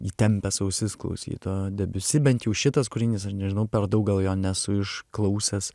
įtempęs ausis klausyt o debiusi bent jau šitas kūrinys aš nežinau per daug gal jo nesu išklausęs